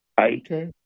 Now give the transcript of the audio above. Okay